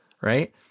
right